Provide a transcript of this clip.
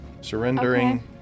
Surrendering